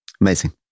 Amazing